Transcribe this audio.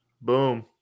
Boom